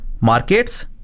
markets